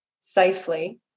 safely